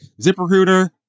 ZipRecruiter